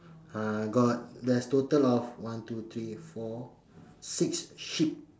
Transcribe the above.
uh got there's total of one two three four six sheep